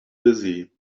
busy